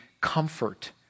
comfort